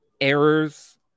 errors